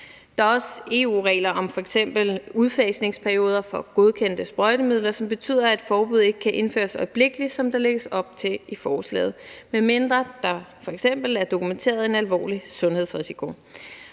Der er også EU-regler om f.eks. udfasningsperioder for godkendte sprøjtemidler, som betyder, at et forbud ikke kan indføres øjeblikkeligt, som der lægges op til i forslaget, medmindre der f.eks. er dokumenteret en alvorlig sundhedsrisiko.